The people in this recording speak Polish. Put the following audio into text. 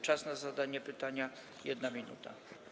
Czas na zadanie pytania - 1 minuta.